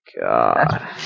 God